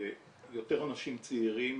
יותר אנשים צעירים.